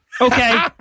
Okay